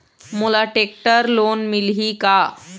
मोला tractor loan मिलही का?